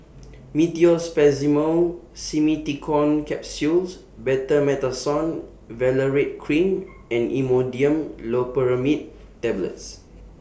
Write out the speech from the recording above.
Meteospasmyl Simeticone Capsules Betamethasone Valerate Cream and Imodium Loperamide Tablets